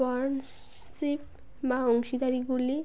sponsorship বা অংশীদারীগুলি